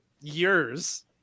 years